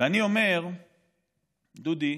דודי,